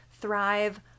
thrive